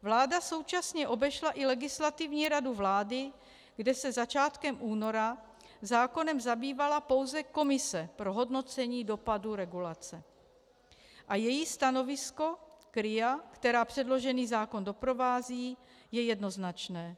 Vláda současně obešla i Legislativní radu vlády, kde se začátkem února zákonem zabývala pouze komise pro hodnocení dopadu regulace a její stanovisko k RIA, která předložený zákon doprovází, je jednoznačné.